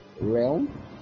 realm